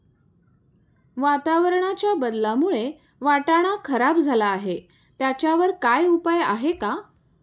वातावरणाच्या बदलामुळे वाटाणा खराब झाला आहे त्याच्यावर काय उपाय आहे का?